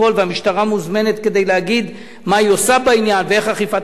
והמשטרה מוזמנת כדי להגיד מה היא עושה בעניין ואיך היא אוכפת את החוק.